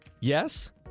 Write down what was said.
yes